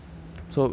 mm